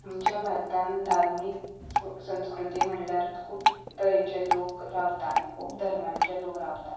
आमच्या भारतांत धार्मीक स्व संस्कृती म्हळ्यार खूब तरेचे लोक रावता आनी खूब धर्मांचे लोक रावता